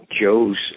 Joe's